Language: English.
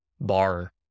bar